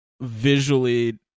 visually